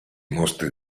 mostri